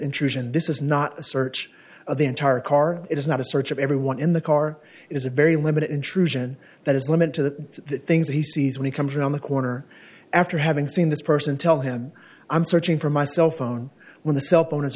intrusion this is not a search of the entire car it is not a search of everyone in the car is a very limited intrusion that is limited to the things he sees when he comes around the corner after having seen this person tell him i'm searching for my cell phone when the cell phone is